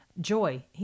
joy